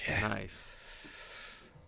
Nice